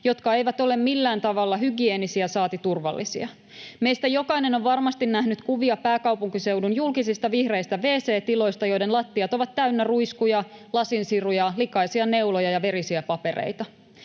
jotka eivät ole millään tavalla hygieenisiä, saati turvallisia. Meistä jokainen on varmasti nähnyt kuvia pääkaupunkiseudun julkisista vihreistä wc-tiloista, joiden lattiat ovat täynnä ruiskuja, lasinsiruja, likaisia neuloja ja verisiä papereita.